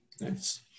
Nice